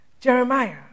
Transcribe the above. Jeremiah